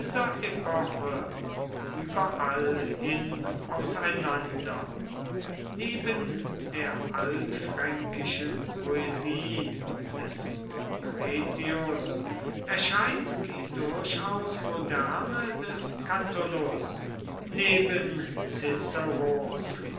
überall hin auseinander neben der altfränkischen poesie des lucretius erscheint die durchaus moderne des catullus neben